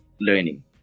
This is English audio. learning